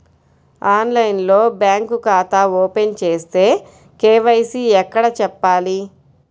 ఆన్లైన్లో బ్యాంకు ఖాతా ఓపెన్ చేస్తే, కే.వై.సి ఎక్కడ చెప్పాలి?